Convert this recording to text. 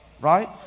right